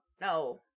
No